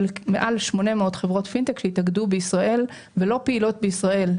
מעל 800 חברות פינטק שהתאגדו בישראל ולא פעילות בישראל.